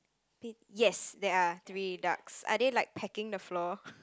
p~ yes there are three ducks are they like pecking the floor